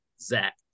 Zach